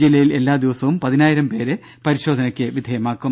ജില്ലയിൽ എല്ലാദിവസവും പതിനായിരം പേരെ പരിശോധനക്ക് വിധേയമാക്കും